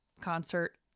concert